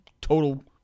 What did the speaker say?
total